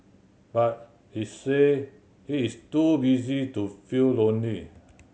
but he say he is too busy to feel lonely